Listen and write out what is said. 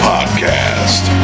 Podcast